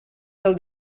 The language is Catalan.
del